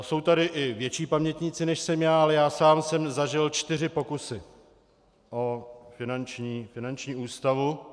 Jsou tady i větší pamětníci, než jsem já, ale já sám jsem zažil čtyři pokusy o finanční ústavu.